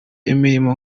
imirimo